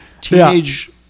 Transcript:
teenage